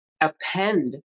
append